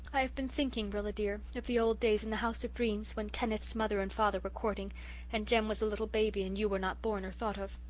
i have been thinking, rilla dear, of the old days in the house of dreams, when kenneth's mother and father were courting and jem was a little baby and you were not born or thought of.